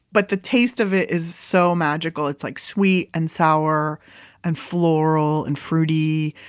but the taste of it is so magical. it's like sweet and sour and floral and fruity.